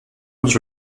was